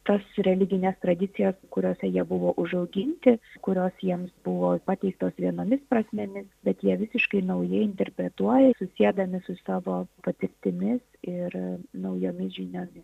tas religines tradicijas kuriose jie buvo užauginti kurios jiems buvo pateiktos vienomis prasmėmis bet jie visiškai naujai interpretuoja susiedami su savo patirtimis ir naujomis žiniomis